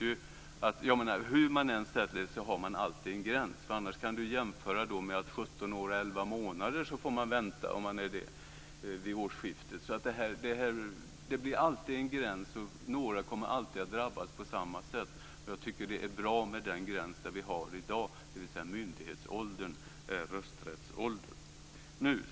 Hur man än ställer sig har man alltid en gräns. Om man är 17 år och 11 månader vid årsskiftet får man vänta. Det blir alltid en gräns, och några kommer alltid att drabbas. Jag tycker det är bra med den gräns vi har i dag, dvs. att myndighetsåldern är rösträttsåldern. Herr talman!